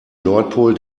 nordpol